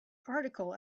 article